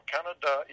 Canada